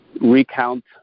recount